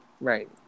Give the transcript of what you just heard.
Right